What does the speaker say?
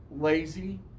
lazy